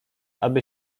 aby